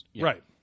Right